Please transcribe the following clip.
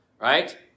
right